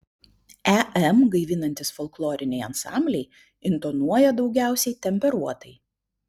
em gaivinantys folkloriniai ansambliai intonuoja daugiausiai temperuotai